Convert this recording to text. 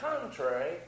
contrary